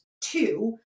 Two